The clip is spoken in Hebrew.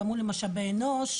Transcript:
אמרו לי "משאבי אנוש",